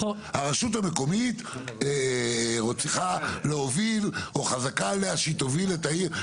הרשות המקומית צריכה להוביל או חזקה עליה שהיא תוביל את העיר.